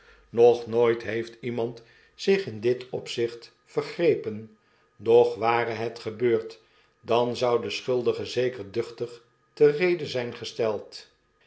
nog nooit heeft iemand zich in dit opzicht vergrepen doch ware het gebeurd dan zou de schuldige zeker duchtig te rede zijn gesteld